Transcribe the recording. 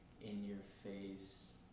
in-your-face